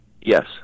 Yes